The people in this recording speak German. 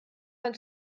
kann